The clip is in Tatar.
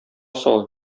сал